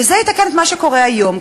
וזה יתקן את מה שקורה היום,